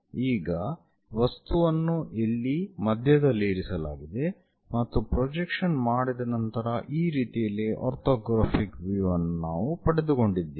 ಈಗ ವಸ್ತುವನ್ನು ಇಲ್ಲಿ ಮಧ್ಯದಲ್ಲಿ ಇರಿಸಲಾಗಿದೆ ಮತ್ತು ಪ್ರೊಜೆಕ್ಷನ್ ಮಾಡಿದ ನಂತರ ಈ ರೀತಿಯಲ್ಲಿ ಆರ್ಥೋಗ್ರಾಫಿಕ್ ವ್ಯೂ ಅನ್ನು ನಾವು ಪಡೆದುಕೊಂಡಿದ್ದೇವೆ